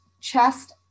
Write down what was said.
chest